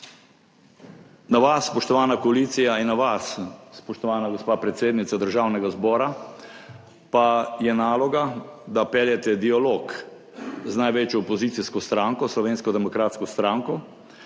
Na vas, spoštovana koalicija, in na vas, spoštovana gospa predsednica Državnega zbora, pa je naloga, da peljete dialog z največjo opozicijsko stranko Slovensko demokratsko stranko,